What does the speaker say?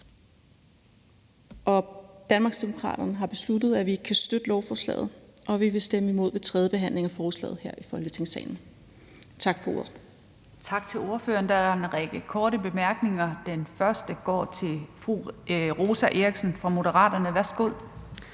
Danmarksdemokraterne har besluttet, at vi ikke kan støtte lovforslaget, og vi vil stemme imod ved tredje behandling af forslaget her i Folketingssalen. Tak for ordet. Kl. 09:52 Den fg. formand (Theresa Berg Andersen): Tak til ordføreren. Der er en række korte bemærkninger. Den første går til fru Rosa Eriksen fra Moderaterne. Værsgo.